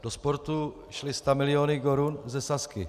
Do sportu šly stamiliony korun ze Sazky.